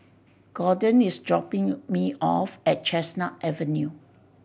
Gordon is dropping me off at Chestnut Avenue